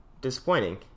disappointing